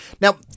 Now